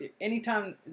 anytime